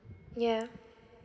yeah